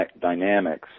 dynamics